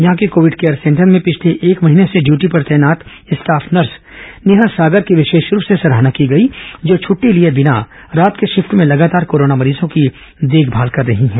यहां के covid care centre में पिछले एक महीने से ङ्यूटी पर तैनात स्टॉफ नर्स नेहा सागर की विशेष रूप से सराहना की गई जो छुट्टी लिए बिना रात के शिफ्ट में लगातार कोरोना मरीजों की देखभाल कर रही है